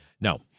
no